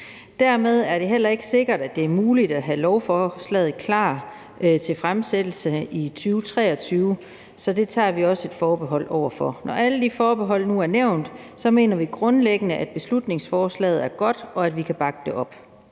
Dermed er det heller ikke sikkert, at det er muligt at have lovforslaget klar til fremsættelse i 2023, så det tager vi også et forbehold over for. Når alle de forbehold nu er nævnt, vil jeg sige, at vi grundlæggende mener, at beslutningsforslaget er godt, og at vi kan bakke det op.